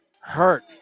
hurt